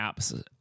apps